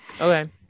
Okay